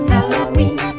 Halloween